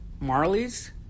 Marley's